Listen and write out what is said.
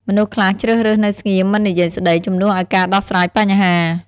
មនុស្សខ្លះជ្រើសរើសនៅស្ងៀមមិននិយាយស្ដី ជំនួយឱ្យការដោះស្រាយបញ្ហា។